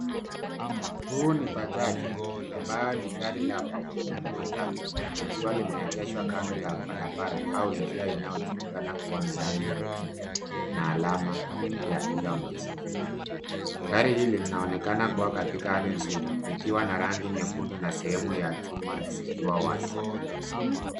Huu ni bajaji ambayo ni gari la magurudumu matatu likiwa limeegeshwa kando la barabara au njia inayojulikana kuwa na rangi nyekundu na alama ya, duramax. Gari hili linaonekana kuwa katika hali nzuri likiwa na rangi nyekundu na sehemu ya chuma zikiwa wazi.